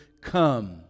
come